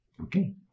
Okay